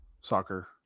soccer